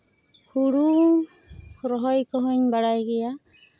ᱦᱩᱲᱩ ᱨᱚᱦᱚᱭ ᱠᱚᱦᱚᱧ ᱵᱟᱲᱟᱭ ᱜᱮᱭᱟ